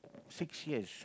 six years